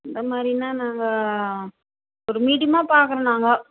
எந்த மாதிரினா நாங்கள் ஒரு மீடியமாக பார்க்குறோம் நாங்கள்